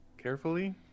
Carefully